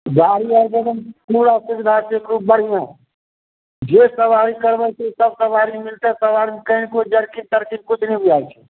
गाड़ी आर के एकदम पूरा सुविधा छै खुब बढ़िआँ जे सवारी करबै से सब सवारी मिलतै सवारी मे कनिको जरकिन तरकिन किछु नहि बुझाइ छै